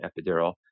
epidural